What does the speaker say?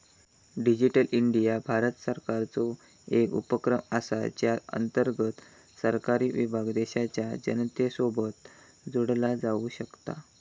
digital India Bharat सरकारचो एक उपक्रम असा ज्या अंतर्गत सरकारी विभाग देशाच्या जनतेसोबत जोडला जाऊ शकता